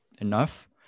enough